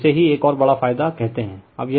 तो इसे ही एक ओर बड़ा फायदा कहते हैं